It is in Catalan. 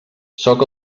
sóc